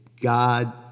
God